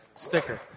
Sticker